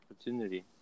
opportunity